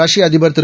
ரஷ்ய அதிபர் திரு